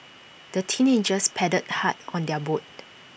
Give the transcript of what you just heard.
the teenagers paddled hard on their boat